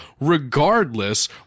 regardless